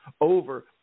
over